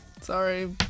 Sorry